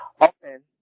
Often